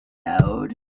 node